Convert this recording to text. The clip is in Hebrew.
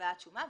מהבאת שומה.